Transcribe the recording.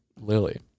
Lily